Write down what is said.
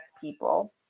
people